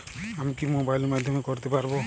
আমি কি মোবাইলের মাধ্যমে করতে পারব?